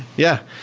yeah.